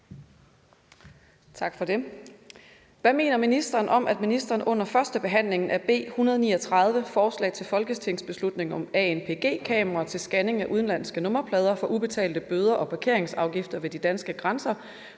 Tak for det. Hvad mener ministeren om, at ministeren under førstebehandlingen af B 139 (Forslag til folketingsbeslutning om anpg-kameraer til scanning af udenlandske nummerplader for ubetalte bøder og parkeringsafgifter ved de danske grænser)